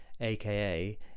aka